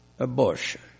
Abortion